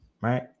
right